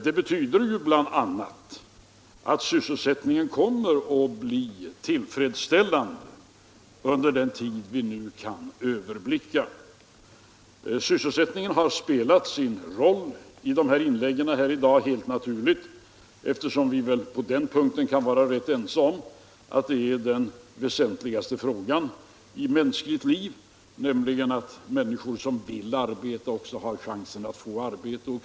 Det betyder bl.a. att sysselsättningen kommer att bli tillfredsställande under den tid vi nu kan överblicka. Sysselsättningen har spelat en stor roll i de inlägg som gjorts här i dag. Det är naturligt, eftersom vi väl kan vara rätt ense om att det hör till det mest väsentliga att människor som vill arbeta också skall ha chansen att göra det.